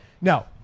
Now